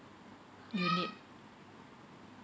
unit